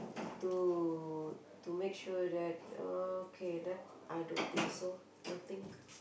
to to make sure that okay that I don't think so nothing